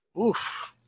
Oof